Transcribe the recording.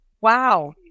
Wow